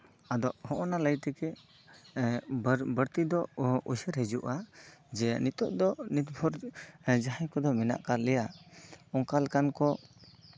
ᱟᱫᱚ ᱦᱚᱜᱼᱚᱭ ᱱᱟ ᱞᱟᱹᱭ ᱛᱮᱜᱮ ᱵᱟᱹᱲᱛᱤ ᱫᱚ ᱩᱭᱦᱟᱹᱨ ᱦᱤᱡᱩᱜᱼᱟ ᱡᱮ ᱱᱤᱛᱚᱜ ᱫᱚ ᱱᱤᱛ ᱵᱷᱳᱨ ᱡᱟᱦᱟᱸᱭ ᱠᱚᱫᱚ ᱢᱮᱱᱟᱜ ᱠᱟᱜ ᱞᱮᱭᱟ ᱚᱱᱠᱟ ᱞᱮᱠᱟᱱ ᱠᱚ